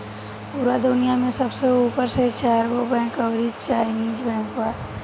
पूरा दुनिया में सबसे ऊपर मे चरगो बैंक अउरी चाइनीस बैंक बा